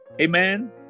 amen